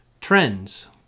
trends